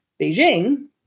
Beijing